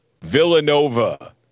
Villanova